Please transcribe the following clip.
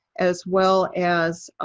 as well as